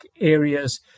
areas